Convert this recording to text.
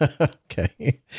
Okay